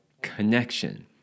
connection